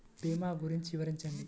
భీమా గురించి వివరించండి?